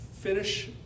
finish